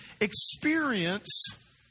experience